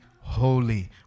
holy